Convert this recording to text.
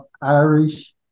Irish